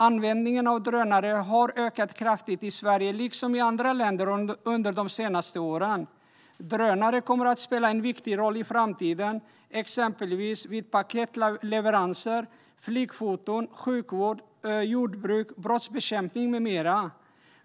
Användningen av drönare har ökat kraftigt i Sverige liksom i andra länder under de senaste åren. Drönare kommer att spela en viktig roll i framtiden, exempelvis vid paketleveranser, flygfoton, sjukvård, jordbruk, brottsbekämpning, med mera.